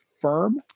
firm